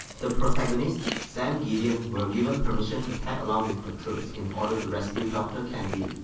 the protagonist, sam gideon were given permission to tag along with the troops in order to rescue dr. candide,